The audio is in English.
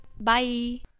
Bye